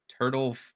Turtle